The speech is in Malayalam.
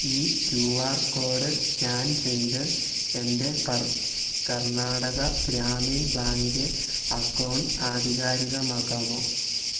ഈ ക്യൂ ആർ കോഡ് സ്കാൻ ചെയ്ത് എൻ്റെ കർണാടക ഗ്രാമീൺ ബാങ്ക് അക്കൗണ്ട് ആധികാരികമാക്കാമോ